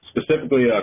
specifically